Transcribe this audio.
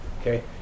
Okay